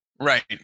Right